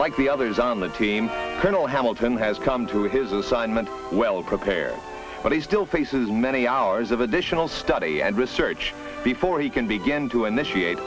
like the others on the team colonel hamilton has come to his assignment well prepared but he still faces many hours of additional study and research before he can begin to initiate